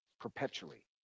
perpetually